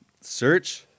search